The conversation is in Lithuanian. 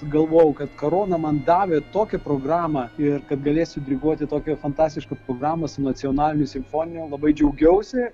galvojau kad karona man davė tokią programą ir kad galėsiu diriguoti tokią fantastišką programą su nacionaliniu simfoniniu labai džiaugiausi